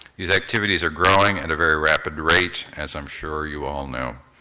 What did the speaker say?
these activities are growing at a very rapid rate, as i'm sure you all know.